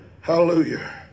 Hallelujah